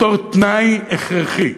בתור תנאי הכרחי,